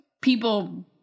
people